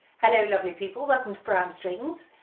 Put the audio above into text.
hello lovely people, welcome to pro am strings.